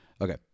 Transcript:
Okay